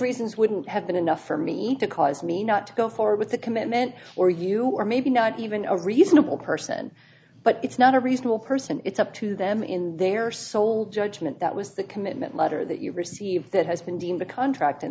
reasons wouldn't have been enough for me to cause me not to go forward with the commitment or you are maybe not even a reasonable person but it's not a reasonable person it's up to them in their sole judgment that was the commitment letter that you received that has been deemed a contract in